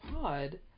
pod